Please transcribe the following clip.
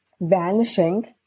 vanishing